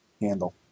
handle